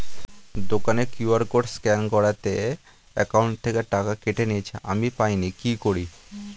দোকানের QR code scan করাতে account থেকে টাকা কেটে নিয়েছে, আমি পাইনি কি করি?